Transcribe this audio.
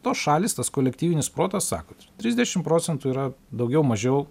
tos šalys tas kolektyvinis protas sako trisdešim procentų yra daugiau mažiau